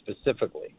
specifically